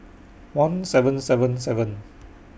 one seven seven seven